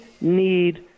need